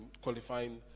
qualifying